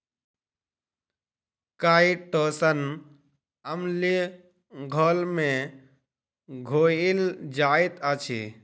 chitosan अम्लीय घोल में घुइल जाइत अछि